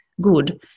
good